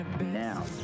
now